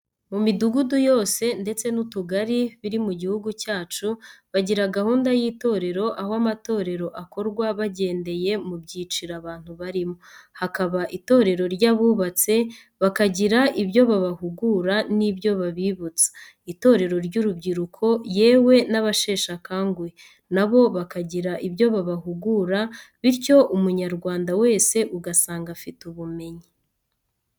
Mu midugudu yose ndetse n'utugari biri mu gihugu cyacu, bagira gahunda y'itorero aho amatorero akorwa bagendeye mu byiciro abantu barimo. Hakaba itorero ry'abubatse bakagira ibyo babahugura nibyo babibutsa, itorero ry'urubyiruko yewe n'abasheshakanguhe nabo bakagira ibyo babahugura bityo umunyarwanda wese ugasanga afite ubumenyi.